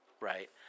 right